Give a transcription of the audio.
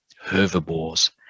herbivores